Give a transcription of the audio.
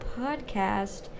podcast